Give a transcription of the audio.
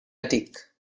attic